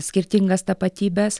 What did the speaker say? skirtingas tapatybes